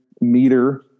meter